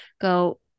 go